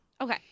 okay